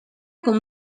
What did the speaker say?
com